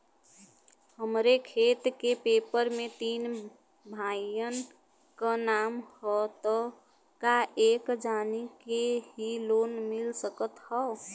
हमरे खेत के पेपर मे तीन भाइयन क नाम ह त का एक जानी के ही लोन मिल सकत ह?